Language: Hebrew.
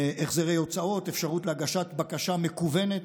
החזרי הוצאות, אפשרות להגשת בקשה מקוונת,